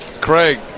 Craig